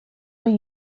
when